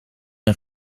een